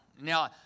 Now